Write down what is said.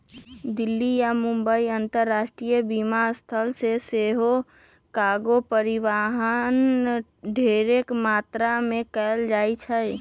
दिल्ली आऽ मुंबई अंतरराष्ट्रीय विमानस्थल से सेहो कार्गो परिवहन ढेरेक मात्रा में कएल जाइ छइ